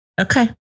Okay